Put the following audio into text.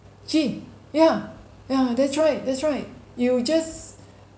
actually ya ya that's right that's right you just